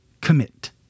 commit